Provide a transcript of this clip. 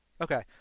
Okay